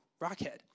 rockhead